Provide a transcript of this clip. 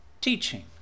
teaching